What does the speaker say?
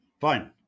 fine